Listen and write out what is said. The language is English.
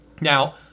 Now